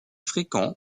fréquent